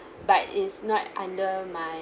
but it's not under my